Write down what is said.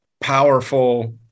powerful